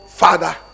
father